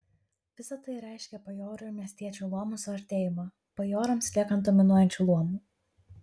visa tai reiškė bajorų ir miestiečių luomų suartėjimą bajorams liekant dominuojančiu luomu